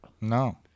No